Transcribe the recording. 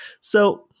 So-